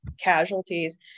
casualties